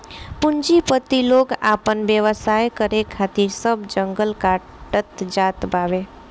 पूंजीपति लोग आपन व्यवसाय करे खातिर सब जंगल काटत जात बावे